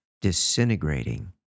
disintegrating